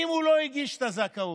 והוא לא הגיש את הזכאות